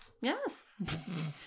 Yes